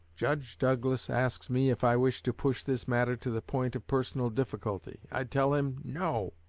judge douglas asks me if i wish to push this matter to the point of personal difficulty. i tell him, no!